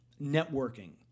networking